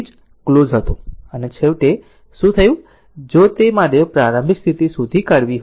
switch close હતું અને છેવટે શું થયું જો તે માટે પ્રારંભિક સ્થિતિ શોધી કાઢવી હોય